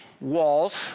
walls